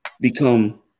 Become